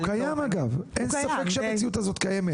הוא קיים אגב, אין ספק שהמציאות הזאת קיימת.